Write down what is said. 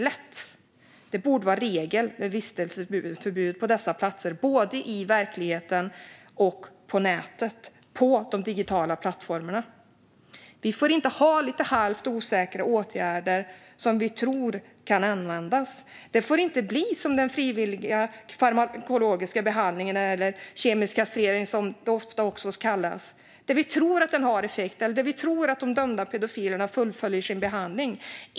Vistelseförbud borde vara regel på dessa platser, både i verkligheten och på nätet och de digitala plattformarna. Vi får inte ha lite halvt osäkra åtgärder som vi tror kan användas. Det får inte bli som med den frivilliga farmakologiska behandlingen, eller kemisk kastrering som det också ofta kallas - att vi tror att den har effekt och att de dömda pedofilerna fullföljer sin behandling.